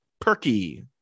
perky